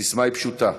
הסיסמה היא פשוטה: